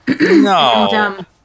No